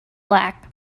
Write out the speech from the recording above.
black